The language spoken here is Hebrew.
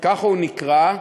ככה הוא נקרא.